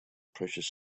precious